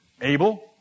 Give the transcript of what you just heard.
Abel